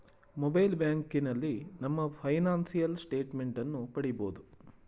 mobile ಬ್ಯಾಂಕಿನಲ್ಲಿ ನಮ್ಮ financial statement ಅನ್ನು ಪಡಿಬೋದು